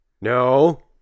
No